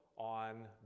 on